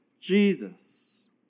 Jesus